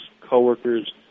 coworkers